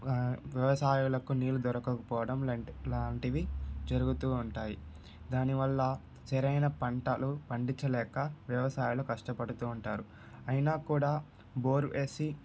వ్యవసాయులకు నీరు దొరకకపోవడం లం లాంటివి జరుగుతు ఉంటాయి దాని వలన సరైన పంటలు పండించలేక వ్యవసాయులు కష్టపడుతు ఉంటారు అయినా కూడా బోరు వేసి